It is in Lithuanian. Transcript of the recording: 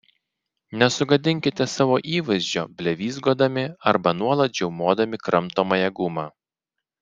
nesugadinkite savo įvaizdžio blevyzgodami arba nuolat žiaumodami kramtomąją gumą